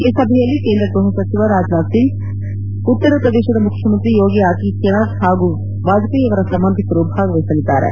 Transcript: ಈ ಸಭೆಯಲ್ಲಿ ಕೇಂದ್ರ ಗೃಹ ಸಚಿವ ರಾಜನಾಥ್ಸಿಂಗ್ ಉತ್ತರಪ್ರದೇಶದ ಮುಖ್ಯಮಂತ್ರಿ ಯೋಗಿ ಆದಿತ್ಯನಾಥ್ ಹಾಗು ವಾಜಪೇಯಿ ಅವರ ಸಂಬಂಧಿಕರು ಭಾಗವಹಿಸಲಿದ್ದಾರೆ